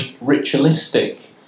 ritualistic